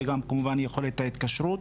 וגם יכולת ההתקשרות.